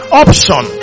option